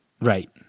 Right